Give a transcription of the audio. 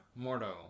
Mordo